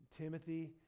Timothy